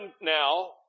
now